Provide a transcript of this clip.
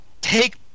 take